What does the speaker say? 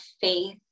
faith